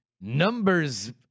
numbers